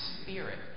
spirit